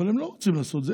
אבל הם לא רוצים לעשות את זה.